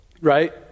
right